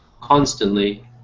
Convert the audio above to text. constantly